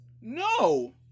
No